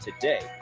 today